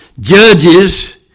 Judges